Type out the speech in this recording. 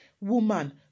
Woman